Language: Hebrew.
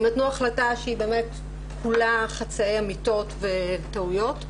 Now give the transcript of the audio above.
הם נתנו החלטה שהיא כולה חצאי אמיתיות וטעויות.